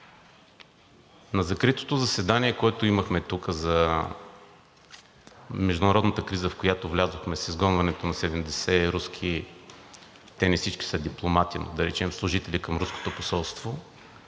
На закритото заседание, което имахме тук, за международната криза, в която влязохме с изгонването на 70 руски – те не всички са дипломати, да речем, служители към руското посолство,